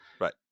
Right